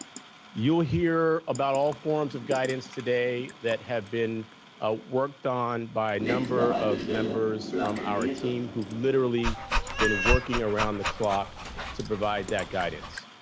you'll hear about all forms of guidance today that have been ah worked on by a number of members from our team who've literally been working around the clock to provide that guidance.